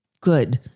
good